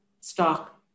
stock